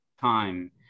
time